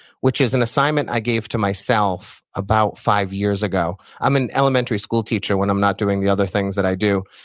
which is an assignment i gave to myself about five years ago. i'm an elementary school teacher when i'm not doing the other things that i do,